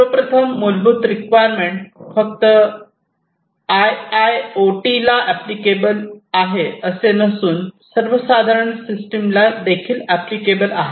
सर्वप्रथम मूलभूत रिक्वायरमेंट फक्त आयआयओटी ला ऍप्लिकेबल आहे असे नसून सर्व साधारण सिस्टमला ऍप्लिकेबल आहे